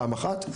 פעם אחת,